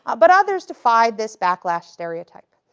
but others defied this backlash stereotype.